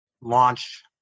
launch